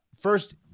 first